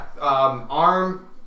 arm